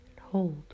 hold